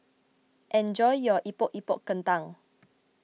enjoy your Epok Epok Kentang